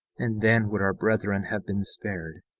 and then would our brethren have been spared,